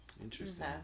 Interesting